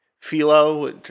Philo